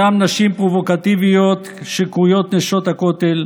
אותן נשים פרובוקטיביות שקרויות נשות הכותל,